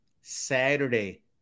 Saturday